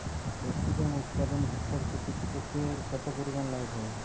Capsicum উৎপাদনে hectare প্রতি কৃষকের কত পরিমান লাভ হয়?